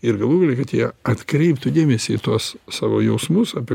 ir galų gale kad jie atkreiptų dėmesį į tuos savo jausmus apie